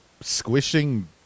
squishing